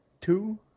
two